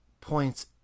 points